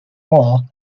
wall